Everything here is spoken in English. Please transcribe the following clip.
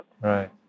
Right